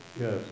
Yes